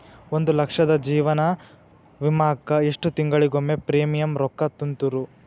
ಒಂದ್ ಲಕ್ಷದ ಜೇವನ ವಿಮಾಕ್ಕ ಎಷ್ಟ ತಿಂಗಳಿಗೊಮ್ಮೆ ಪ್ರೇಮಿಯಂ ರೊಕ್ಕಾ ತುಂತುರು?